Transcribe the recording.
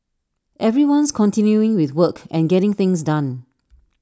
everyone's continuing with work and getting things done